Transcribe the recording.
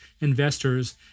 investors